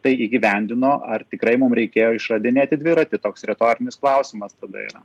tai įgyvendino ar tikrai mum reikėjo išradinėti dviratį toks retorinis klausimas tada yra